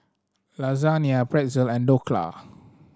Lasagna Pretzel and Dhokla